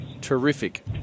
Terrific